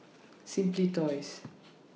Simply Toys